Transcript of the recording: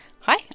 Hi